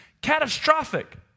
catastrophic